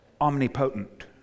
omnipotent